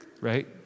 right